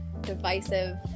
divisive